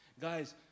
Guys